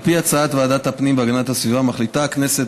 על פי הצעת ועדת הפנים והגנת הסביבה מחליטה הכנסת